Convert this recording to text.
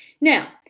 Now